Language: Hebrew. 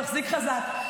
תחזיק חזק,